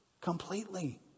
completely